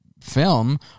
film